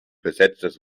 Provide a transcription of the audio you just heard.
besetztes